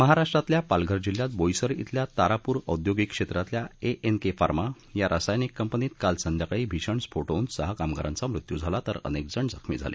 महाराष्ट्रातल्या पालघर जिल्ह्यात बोईसर अल्या तारापूर औद्योगिक क्षेत्रातल्या ए एन के फार्मा या रसायन कंपनीत काल संध्याकाळी भीषण स्फोट होऊन सहा कामगारांचा मृत्यू झाला तर अनेक जण जखमी झाले